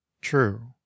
True